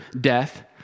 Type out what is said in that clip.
death